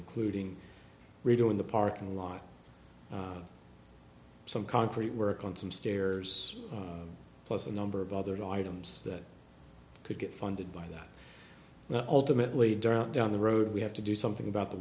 including redoing the parking lot some concrete work on some stairs plus a number of other items that could get funded by that now ultimately down down the road we have to do something about the